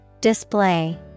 Display